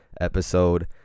episode